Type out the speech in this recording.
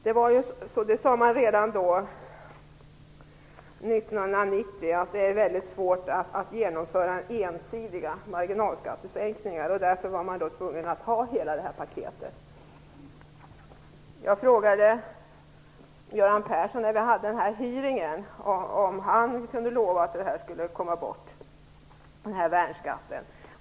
Man sade redan år 1990 att det var väldigt svårt att genomföra ensidiga marginalskattesänkningar. Därför var man tvungen att göra hela detta paket. När vi hade utfrågningen frågade jag Göran Persson om han kunde lova att värnskatten skulle tas bort.